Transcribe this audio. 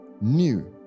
new